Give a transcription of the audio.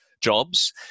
jobs